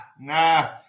nah